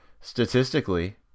statistically